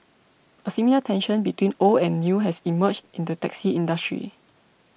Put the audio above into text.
a similar tension between old and new has emerged in the taxi industry